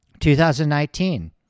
2019